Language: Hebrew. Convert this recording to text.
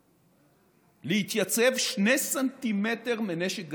תוכל להתייצב שני סנטימטרים מנשק גרעיני.